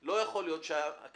לא יכול להיות המצב הזה.